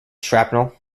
shrapnel